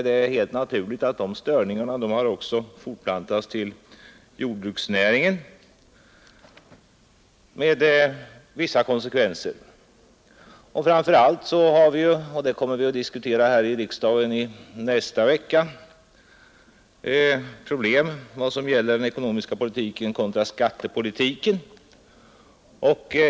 Det är helt naturligt att dessa störningar också fortplantats till jordbruksnäringen med vissa konsekvenser. Framför allt har vi — det kommer vi att diskutera här i riksdagen i nästa vecka — problem i vad gäller den ekonomiska politiken kontra skattepolitiken.